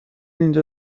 اینجا